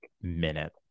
minute